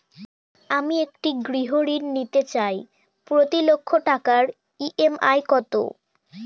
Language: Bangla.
আমি একটি গৃহঋণ নিতে চাই প্রতি লক্ষ টাকার ই.এম.আই কত?